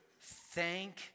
Thank